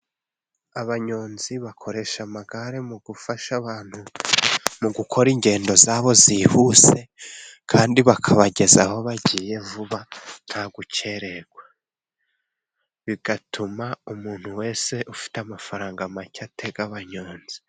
Abanyonzi bakoresha amagare mu gufasha abantu mu gukora ingendo zabo zihuse kandi bakabagezaho bagiye vuba nta gukererwa, bigatuma umuntu wese ufite amafaranga make atega abanyonzi.